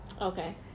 Okay